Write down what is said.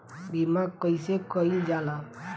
बीमा कइसे कइल जाला?